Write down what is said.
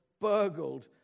burgled